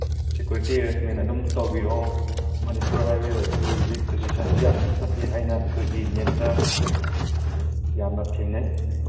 security arrangement ꯑꯗꯨꯝ ꯇꯧꯕꯤꯔꯛꯑꯣ Manipur highway ꯑꯁꯤ ꯍꯧꯖꯤꯛ ꯁꯤꯆ꯭ꯋꯦꯁꯟꯁꯤ ꯌꯥꯝꯅ ꯐꯠꯇꯦ ꯍꯥꯏꯅ ꯑꯩꯈꯣꯏꯒꯤ ꯅꯦꯠꯇ ꯌꯥꯝꯅ ꯊꯦꯡꯅꯩ